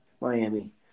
Miami